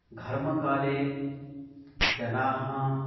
घर्मकाले जनाः